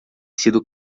sido